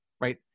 right